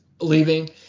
leaving